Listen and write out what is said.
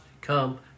come